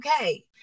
okay